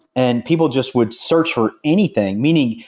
and people just would search for anything. meaning,